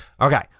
Okay